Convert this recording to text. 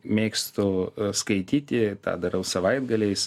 mėgstu skaityti tą darau savaitgaliais